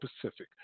Pacific